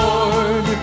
Lord